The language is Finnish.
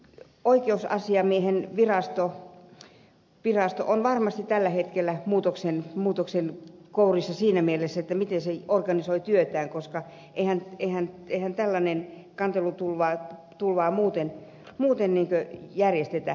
oikeusasiamiehen kanslia on varmasti tällä hetkellä muutoksen kourissa siinä mielessä miten se organisoi työtään koska eihän tällaista kantelutulvaa muuten järjestetä